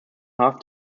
half